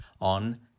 on